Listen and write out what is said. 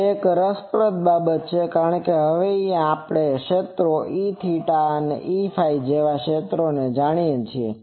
તે એક રસપ્રદ બાબત છે કારણ કે હવે આપણે ક્ષેત્રો Eθ અને Hφ જેવા ક્ષેત્રો ને જાણીએ છીએ